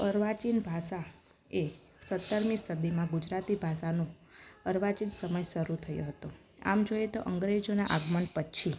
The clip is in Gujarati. અર્વાચીન ભાષા એ સત્તરમી સદીમાં ગુજરાતી ભાષાનો અર્વાચીન સમય શરૂ થયો હતો આમ જોઈએ તો અંગ્રેજોના આગમન પછી